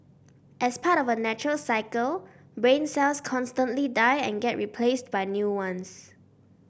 as part of a natural cycle brain cells constantly die and get replaced by new ones